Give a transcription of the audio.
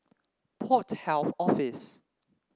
Port Health Office